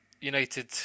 United